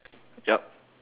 yup